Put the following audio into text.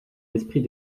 l’esprit